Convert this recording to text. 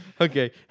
Okay